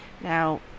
Now